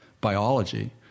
biology